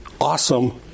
awesome